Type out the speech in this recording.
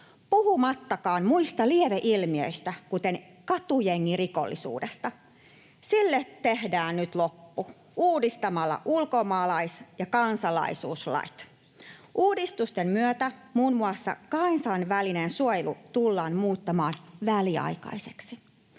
puhumattakaan muista lieveilmiöistä, kuten katujengirikollisuudesta. Sille tehdään nyt loppu uudistamalla ulkomaalais- ja kansalaisuuslait. Uudistusten myötä muun muassa kansainvälinen suojelu tullaan muuttamaan väliaikaiseksi.